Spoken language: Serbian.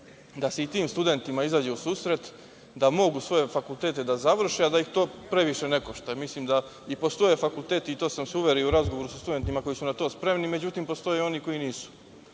da se i tim studentima izađe u susret, da mogu svoje fakultete da završe, a da ih to previše ne košta. Mislim da postoje fakulteti, a u to sam se uverio u razgovorima sa studentima koji su na to spremni, međutim, postoje i oni koji